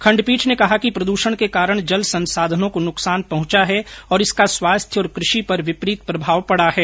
खंडपीठ ने कहा कि प्रदूषण के कारण जल संसाधनों को नुकसान पहुंचा है और इसका स्वास्थ्य और कृषि पर विपरीत प्रभाव पड़ा है